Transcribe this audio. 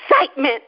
excitement